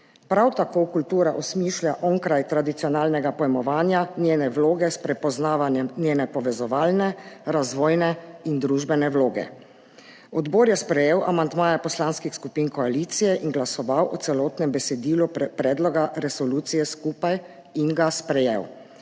prav tako kultura osmišlja onkraj tradicionalnega pojmovanja njene vloge s prepoznavanjem njene povezovalne, razvojne in družbene vloge. Odbor je sprejel amandmaje poslanskih skupin koalicije in glasoval o celotnem besedilu predloga resolucije skupaj in ga sprejel.